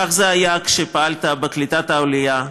כך זה היה כשפעלת בקליטת העלייה.